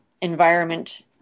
environment